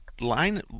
line